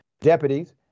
Deputies